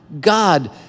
God